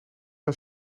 een